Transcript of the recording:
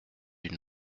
une